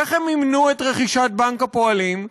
איך הם מימנו את רכישת בנק הפועלים?